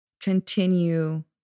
continue